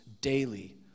daily